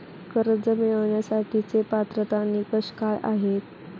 कर्ज मिळवण्यासाठीचे पात्रता निकष काय आहेत?